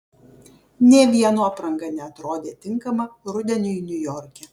nė vieno apranga neatrodė tinkama rudeniui niujorke